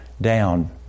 down